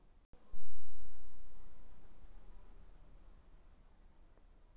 हर कोई electronic bill भुगतान के सुविधा से आराम में हई